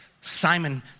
Simon